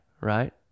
right